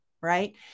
Right